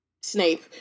Snape